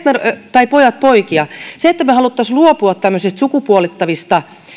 tai pojat poikia se että me haluaisimme luopua tämmöisistä sukupuolittavista